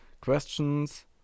questions